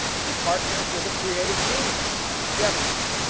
he partnered with a creative genius thomas jefferson.